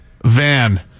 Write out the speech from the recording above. Van